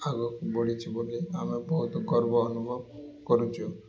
ଆଗକୁ ବଢ଼ିଛି ବୋଲି ଆମେ ବହୁତ ଗର୍ବ ଅନୁଭବ କରୁଛୁ